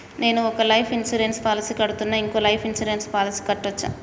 నేను ఒక life insurance policy కడ్తున్నా, ఇంకో లైఫ్ ఇన్సూరెన్స్ పాలసీ కట్టొచ్చా?